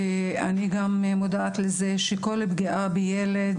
ואני גם מודעת לזה שכל פגיעה בילד,